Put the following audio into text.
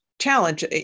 challenge